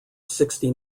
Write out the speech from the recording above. sixty